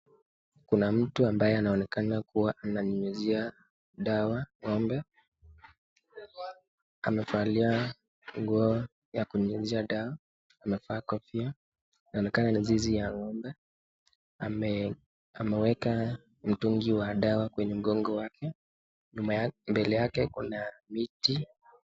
Kuna mtu ambaye anaonekana kuwa ananyunyizia dawa ng'ombe. Amevalia nguo ya kunyunyizia dawa. Amevaa kofia. Inaonekana ni zizi ya ng'ombe. Ameweka mtungi wa dawa kwenye mgongo wake. Mbele yake kuna miti.